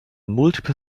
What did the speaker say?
multiple